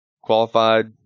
qualified